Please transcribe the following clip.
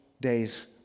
days